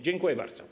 Dziękuję bardzo.